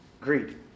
greed